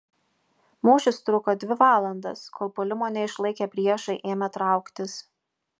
mūšis truko dvi valandas kol puolimo neišlaikę priešai ėmė trauktis